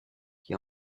qui